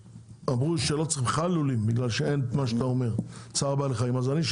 והם אמרו שבכלל לא צריך לולים כי אין את צער בעלי החיים שעליו אתה מדבר.